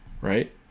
Right